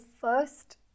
first